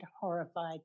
horrified